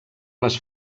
les